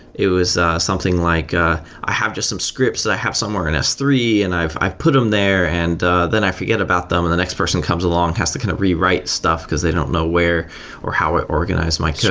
it was something like ah i have just some scripts that i have somewhere in s three and i've i've put them there and then i forget about them, and the next person comes along, has to kind of rewrite stuff, because they don't know where or how i organize my code